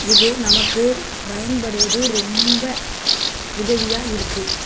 இது நமக்கு பயன்படுவது ரொம்ப உதவியாக இருக்குது